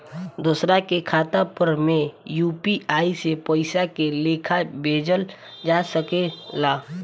दोसरा के खाता पर में यू.पी.आई से पइसा के लेखाँ भेजल जा सके ला?